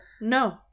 no